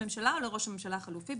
לראש הממשלה או לראש הממשלה החלופי.